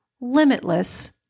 limitless